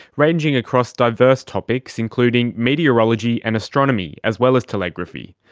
ranging across diverse topics including meteorology and astronomy as well as telegraphy.